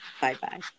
Bye-bye